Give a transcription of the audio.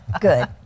Good